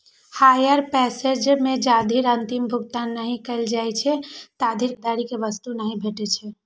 hire purchase मे जाधरि अंतिम भुगतान नहि कैल जाइ छै, ताधरि खरीदार कें वस्तु नहि भेटै छै